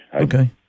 Okay